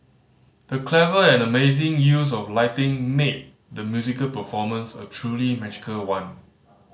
the clever and amazing use of lighting made the musical performance a truly magical one